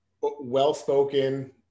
well-spoken